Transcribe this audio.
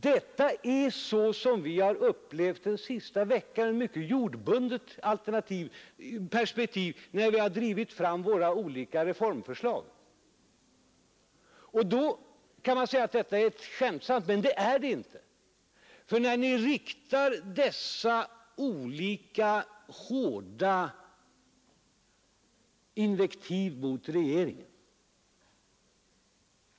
Så har vi upplevt den senaste veckan ur ett mycket jordbundet perspektiv, när vi har drivit fram våra olika reformförslag. Man kan säga att den här skildringen är skämtsam, men det är den inte. Under den här veckan, när det gällt att ta ställning till en rad olika reformförslag, har ni riktat hårda invektiv mot regeringen.